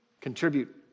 Contribute